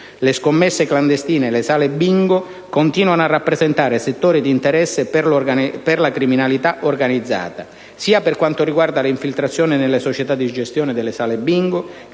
Le scommesse clandestine e le sale Bingo continuano a rappresentare settori di interesse per la criminalità organizzata, sia per quanto riguarda le infiltrazioni nelle società di gestione delle sale Bingo,